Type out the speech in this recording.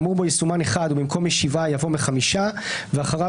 האמור בו יסומן "(1)" ובמקום "משבעה" יבוא "מחמישה" ואחריו